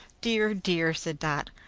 dear, dear! said dot.